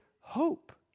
hope